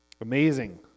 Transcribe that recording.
Amazing